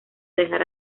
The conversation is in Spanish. dejar